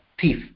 thief